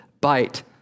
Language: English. bite